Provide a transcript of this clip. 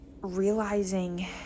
realizing